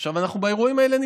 אנחנו נמצאים באירועים האלה.